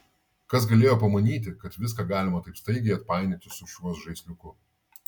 kas galėjo pamanyti kad viską galima taip staigiai atpainioti su šiuo žaisliuku